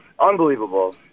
unbelievable